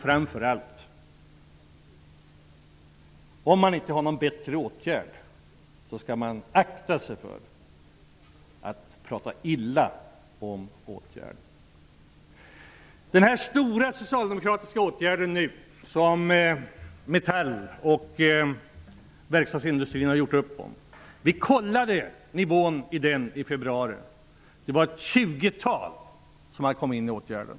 Framför allt skall man akta sig för att prata illa om dessa åtgärder, om man inte har någon bättre åtgärd att komma med. Metall och verkstadsindustrin gjorde upp om en stor socialdemokratisk åtgärd. Vi kollade nivån på den i februari. Det var ett tjugotal som hade kommit in i åtgärder.